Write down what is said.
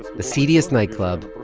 the seediest nightclub,